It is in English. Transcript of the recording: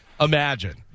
Imagine